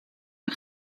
een